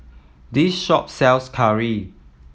this shop sells curry